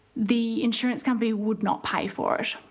the insurance company would not pay for it.